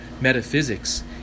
metaphysics